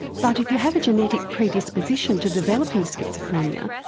but if you have a genetic predisposition to developing schizophrenia,